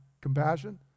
compassion